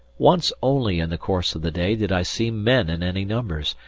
once only in the course of the day did i see men in any numbers,